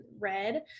Red